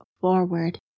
forward